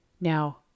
Now